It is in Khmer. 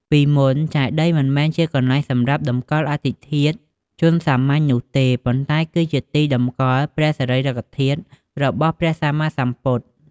ពីមុនចេតិយមិនមែនជាកន្លែងសម្រាប់តម្កល់អដ្ឋិធាតុជនសាមញ្ញនោះទេ ប៉ុន្តែគឺជាទីតម្កល់ព្រះសារីរិកធាតុរបស់ព្រះសម្មាសម្ពុទ្ធ។